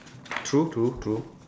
true true true